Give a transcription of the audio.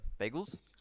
bagels